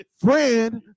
friend